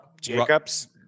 Jacobs